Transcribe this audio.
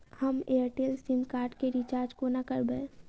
हम Airtel sim card केँ recharge कोना करबै?